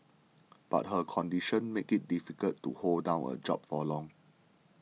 but her condition make it difficult to hold down a job for long